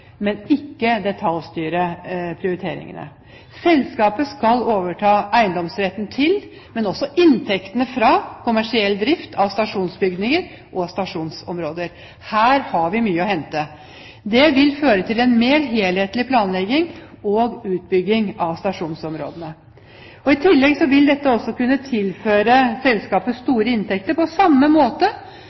men ikke detaljstyre prioriteringene. Selskapet skal overta eiendomsretten til – og inntektene fra – kommersiell drift av stasjonsbygninger og stasjonsområder. Her har vi mye å hente. Det vil føre til en mer helhetlig planlegging og utbygging av stasjonsområdene. I tillegg vil dette også kunne tilføre selskapet store inntekter, på samme måte